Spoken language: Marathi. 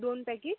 दोन पॅकीट